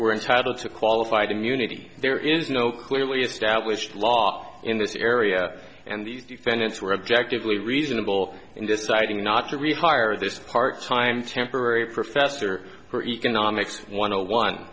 were entitled to qualified immunity there is no clearly established law in this area and these defendants were objectively reasonable in deciding not to rehire this part time temporary professor or economics one